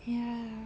ya